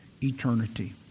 eternity